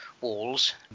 walls